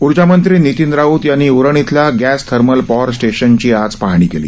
ऊर्जामंत्री नितीन राऊत यांनी उरण इथल्या गॅस थर्मल पॉवर स्टेशनची आज पाहणी केली